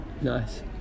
Nice